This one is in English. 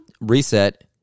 reset